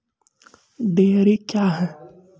Dairy क्या हैं?